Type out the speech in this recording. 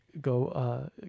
go